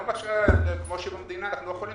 אנחנו לא יכולים